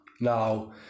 Now